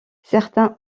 certains